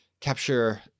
capture